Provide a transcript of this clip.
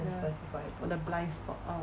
ya the blind spot